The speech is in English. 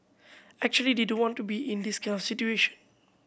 actually they don't want to be in this kind of situation